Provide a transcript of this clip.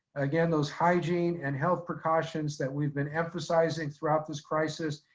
again those hygiene and health precautions that we've been emphasizing throughout this crisis.